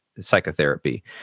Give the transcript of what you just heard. psychotherapy